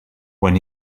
when